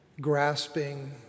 grasping